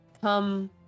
come